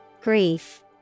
Grief